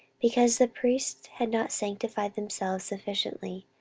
because the priests had not sanctified themselves sufficiently,